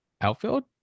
outfield